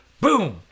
boom